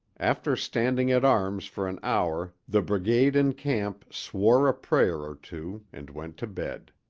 after standing at arms for an hour the brigade in camp swore a prayer or two and went to bed.